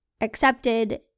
accepted